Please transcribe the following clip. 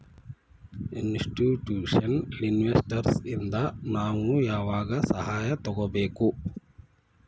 Institutional investors ಇಂದಾ ನಾವು ಯಾವಾಗ್ ಸಹಾಯಾ ತಗೊಬೇಕು?